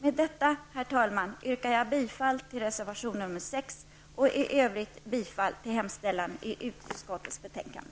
Med det anförda, herr talman, yrkar jag bifall till reservation nr 6 och i övrigt bifall till hemställan i utskottets betänkande.